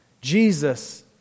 Jesus